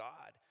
God